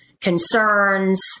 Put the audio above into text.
concerns